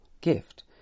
gift